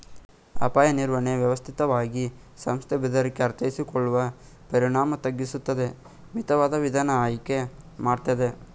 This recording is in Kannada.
ಅಪಾಯ ನಿರ್ವಹಣೆ ವ್ಯವಸ್ಥಿತವಾಗಿ ಸಂಸ್ಥೆ ಬೆದರಿಕೆ ಅರ್ಥೈಸಿಕೊಳ್ಳುವ ಪರಿಣಾಮ ತಗ್ಗಿಸುತ್ತದೆ ಮಿತವಾದ ವಿಧಾನ ಆಯ್ಕೆ ಮಾಡ್ತದೆ